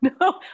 No